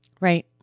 Right